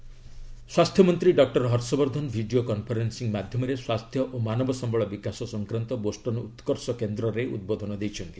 ହର୍ଷବର୍ଦ୍ଧନ ସ୍ୱାସ୍ଥ୍ୟମନ୍ତ୍ରୀ doctor Harshvardhan video conferencing ମାଧ୍ୟମରେ ସ୍ୱାସ୍ଥ୍ୟ ଓ ମାନବ ସମ୍ଭଳ ବିକାଶ ସଂକ୍ରାନ୍ତ ବୋଷ୍ଟନ୍ ଉତ୍କର୍ଷ କେନ୍ଦ୍ରରେ ଉଦ୍ବୋଧନ ଦେଇଛନ୍ତି